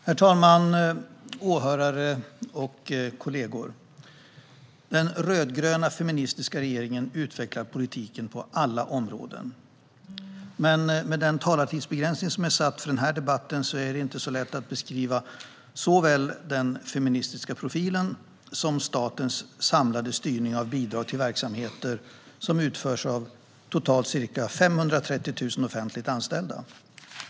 Herr talman, åhörare och kollegor! Den rödgröna feministiska regeringen utvecklar politiken på alla områden. Men med den talartidsbegränsning som är satt för denna debatt är det inte så lätt att beskriva såväl den feministiska profilen som statens samlade styrning av bidrag till verksamheter som utförs av totalt ca 530 000 offentligt anställda.